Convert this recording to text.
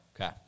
Okay